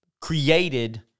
created